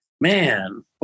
man